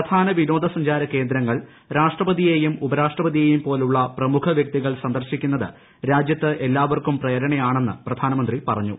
പ്രധാന വിനോദ സഞ്ചാരക്കേഴ്ങ്ങൾ രാഷ്ട്രതിയെയും ഉപരാഷ്ട്രപതിയെയും പോലുള്ള ഷ്യൂപ്പ് വ്യക്തികൾ സന്ദർശിക്കുന്നത് രാജ്യത്ത് എല്ലാവർക്കും പ്രേര്ണ്യാണെന്ന് പ്രധാനമന്ത്രി പറഞ്ഞു